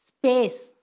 space